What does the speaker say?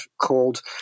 called